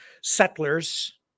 settlers